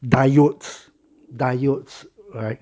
diodes diodes right